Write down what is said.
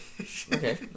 Okay